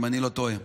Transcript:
אם אני לא טועה.